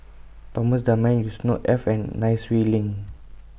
Thomas Dunman Yusnor Ef and Nai Swee Leng